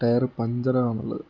tyre പഞ്ചറാകുക എന്നുള്ളത്